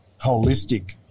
holistic